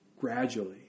gradually